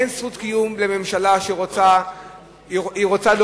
אין זכות קיום לממשלה שרוצה להודיע,